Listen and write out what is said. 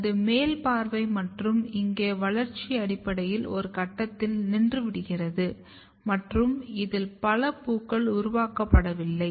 இது மேல் பார்வை மற்றும் இங்கே வளர்ச்சி அடிப்படையில் ஒரு கட்டத்தில் நின்றுவிடுகிறது மற்றும் இதில் பல பூக்கள் உருவாக்கப்படவில்லை